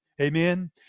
Amen